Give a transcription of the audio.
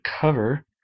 cover